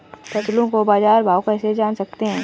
फसलों का बाज़ार भाव कैसे जान सकते हैं?